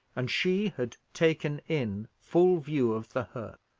and she had taken in full view of the hurt.